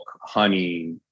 honey